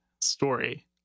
story